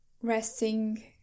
resting